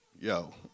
Yo